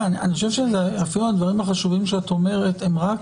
אני חושב שאפילו הדברים החשובים שאת אומרת בעיניי הם רק